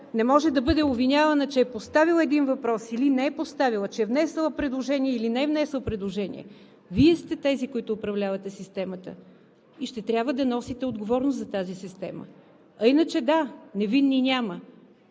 не може да бъде обвинявана, че е поставила един въпрос или не е поставила, че е внесла предложение или не е внесла предложение. Вие сте тези, които управлявате системата, и ще трябва да носите отговорност за тази система. А иначе да, невинни няма.